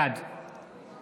בעד